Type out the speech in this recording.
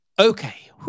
Okay